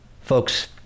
Folks